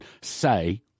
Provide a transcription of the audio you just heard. say